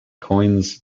coins